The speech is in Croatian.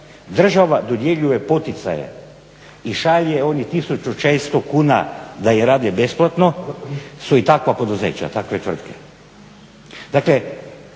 država dodjeljuje poticaje i šalje onih 1600 kuna da im rade besplatno su i takva poduzeća, takve tvrtke. Dakle